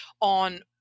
on